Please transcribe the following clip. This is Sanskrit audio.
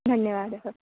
धन्यवादः